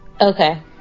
Okay